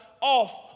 off